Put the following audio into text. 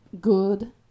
good